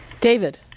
David